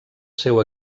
seu